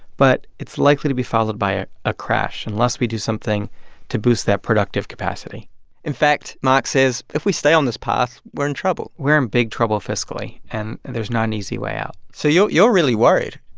but it's likely to be followed by a ah crash unless we do something to boost that productive capacity in fact, marc says, if we stay on this path, we're in trouble we're in big trouble fiscally, and there's not an easy way out so you're you're really worried